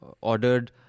ordered